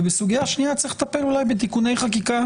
ובסוגיה שנייה צריך אולי לטפל בתיקוני חקיקה